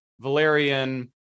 valerian